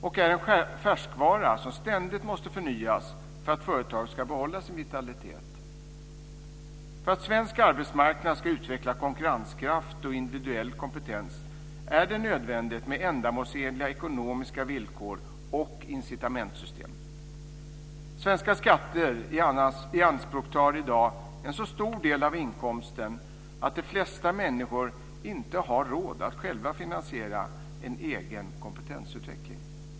Det är en färskvara som ständigt måste förnyas för att företaget ska behålla sin vitalitet. För att svensk arbetsmarknad ska utveckla konkurrenskraft och individuell kompetens är det nödvändigt med ändamålsenliga ekonomiska villkor och incitamentsystem. Svenska skatter tar i dag i anspråk en så stor del av inkomsten att de flesta människor inte har råd att själva finansiera en egen kompetensutveckling.